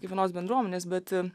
kiekvienos bendruomenės bet